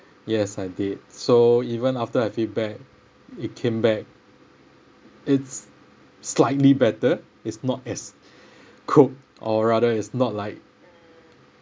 yes I did so even after I feedback it came back it's slightly better it's not as cooked or rather it's not like